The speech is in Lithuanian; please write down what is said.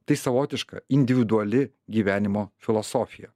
tai savotiška individuali gyvenimo filosofija